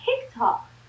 TikTok